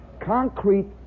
concrete